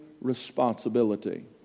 responsibility